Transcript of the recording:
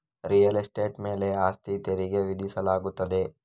real estate ಮೇಲೆ ಆಸ್ತಿ ತೆರಿಗೆ ವಿಧಿಸಲಾಗುತ್ತದೆ